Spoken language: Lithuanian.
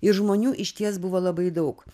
ir žmonių išties buvo labai daug